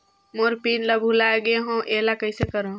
मोर pin ला भुला गे हो एला कइसे करो?